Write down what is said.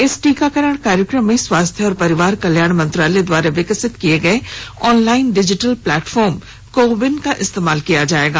इस टीकाकरण कार्यक्रम में स्वास्थ्य और परिवार कल्याण मंत्रालय द्वारा विकसित किए गए online digital platform CoWIN का इस्तेमाल किया जाएगा